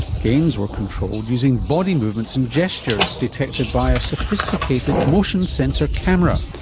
games were controlled using body movements and gestures detected by a sophisticated motion sensor camera.